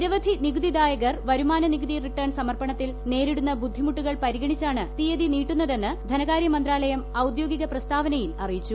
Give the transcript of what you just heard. നിരവധി നികുതിദായകർ വരുമാന നികുതി റിട്ടേൺ സമർപ്പണത്തിൽ നേരിടുന്ന ബുദ്ധിമുട്ടുകൾ പരിഗണിച്ചാണ് തീയതി നീട്ടുന്നതെന്ന് ധനകാര്യമന്ത്രാലയം ഔദ്യോഗിക പ്രസ്താവനയിൽ അറിയിച്ചു